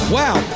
wow